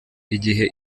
igihe